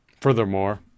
Furthermore